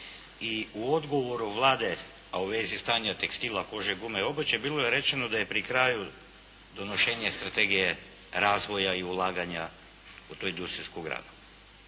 i u odgovoru Vlade, a u vezi stanja tekstila, kože, gume i obuće bilo je rečeno da je pri kraju donošenje strategije razvoja i ulaganja u tu industrijsku granu